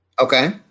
Okay